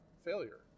failure